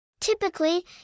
Typically